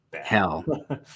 Hell